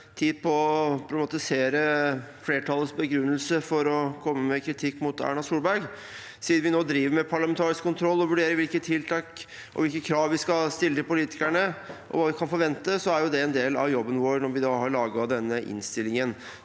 tid på å problematisere flertallets begrunnelse for å komme med kritikk mot Erna Solberg. Siden vi driver med parlamentarisk kontroll og vurderer tiltak, hvilke krav vi skal stille til politikerne, og hva vi kan forvente, var det en del av jobben vår da vi laget denne innstillingen.